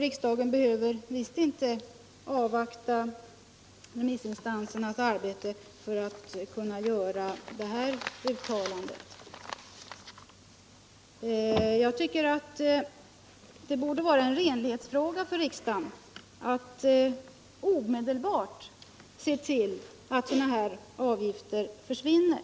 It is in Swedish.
Riksdagen behöver visst inte avvakta remissinstansernas arbete för att kunna göra detta uttalande. | Jag tycker att det borde vara en renlighetsfråga för riksdagen att omedelbart se till att sådana här avgifter försvinner.